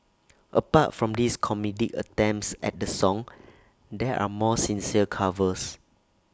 apart from these comedic attempts at the song there are more sincere covers